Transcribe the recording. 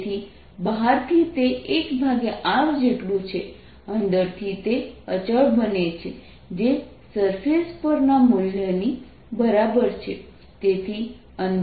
તેથી બહારથી તે 1r જેટલું છે અંદરથી તે અચળ બને છે જે સરફેસ પરના મૂલ્ય ની બરાબર છે